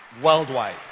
worldwide